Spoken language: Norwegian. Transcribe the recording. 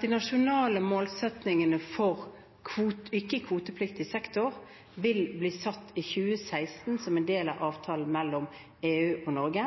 De nasjonale målsettingene for ikke-kvotepliktig sektor vil bli satt i 2016, som en del av avtalen mellom EU og Norge.